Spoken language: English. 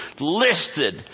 listed